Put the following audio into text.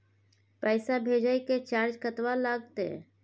पैसा भेजय के चार्ज कतबा लागते?